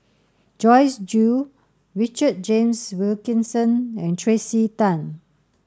Joyce Jue Richard James Wilkinson and Tracey Tan